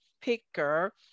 Picker